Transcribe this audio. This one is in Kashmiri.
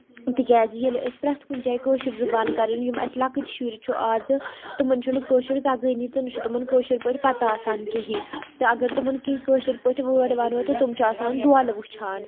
تِکیازِ ییٚلہِ أسۍ پرٮ۪تھ کُنہِ جایہِ کٲشِر زُبان کَرٕنۍ یِم اَسہِ لۄکٕٹۍ شُرۍ چھُ آزٕ تِمن چھُ نہٕ کٲشُر تَگٲنی تہٕ نہ چھُ تِمن کٲشُر پٲٹھۍ پَتہ آسان کِہینۍ تہٕ اَگر تِمن کیٚنٛہہ کٲشِر پٲٹھۍ وٲڑ وَنو تہٕ تِم چھِ آسان دوٚلہٕ وُچھان